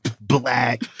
black